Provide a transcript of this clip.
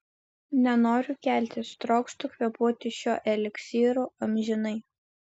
nenoriu keltis trokštu kvėpuoti šiuo eliksyru amžinai